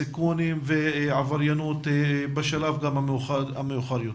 סיכונים ועבריינות בשלב המאוחר יותר.